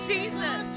Jesus